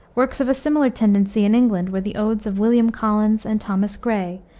works of a similar tendency in england were the odes of william collins and thomas gray,